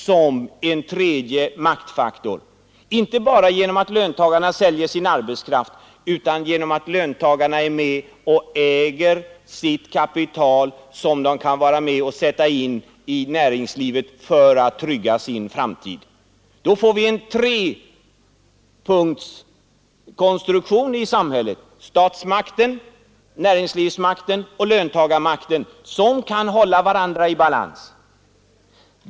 Det kan ske genom att löntagarna inte bara säljer sin arbetskraft utan är med och äger sitt kapital, som de kan sätta in i näringslivet för att trygga sin framtid. Då får vi en trepunktskonstruktion i samhället — statsmakten, näringslivsmakten och löntagarmakten, som kan hålla varandra i balans.